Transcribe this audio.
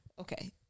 Okay